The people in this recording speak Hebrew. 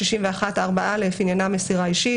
161(4א) עניינה מסירה אישית.